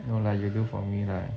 no lah you do for me lah